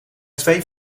twee